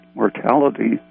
mortality